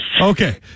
Okay